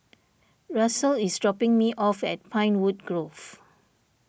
Russell is dropping me off at Pinewood Grove